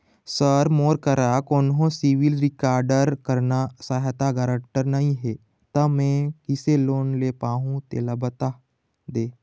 sir मोर करा कोन्हो सिविल रिकॉर्ड करना सहायता गारंटर नई हे ता मे किसे लोन ले पाहुं तेला बता दे